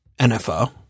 NFO